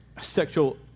sexual